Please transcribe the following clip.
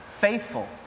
faithful